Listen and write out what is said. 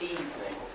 evening